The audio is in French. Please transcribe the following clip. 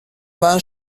vingt